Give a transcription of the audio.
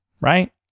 right